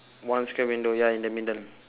one square window ya in the middle